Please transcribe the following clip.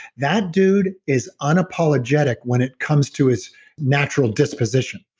that dude is unapologetic when it comes to his natural disposition.